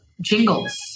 jingles